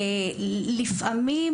לפעמים,